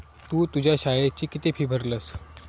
तु तुझ्या शाळेची किती फी भरलस?